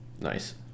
nice